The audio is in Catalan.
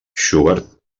schubert